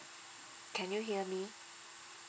can you hear me